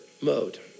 mode